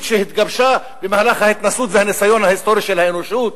שהתגבשה במהלך ההתנסות והניסיון ההיסטורי של האנושות,